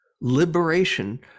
Liberation